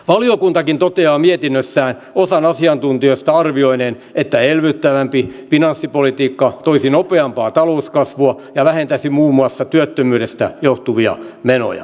valiokuntakin toteaa mietinnössään osan asiantuntijoista arvioineen että elvyttävämpi finanssipolitiikka toisi nopeampaa talouskasvua ja vähentäisi muun muassa työttömyydestä johtuvia menoja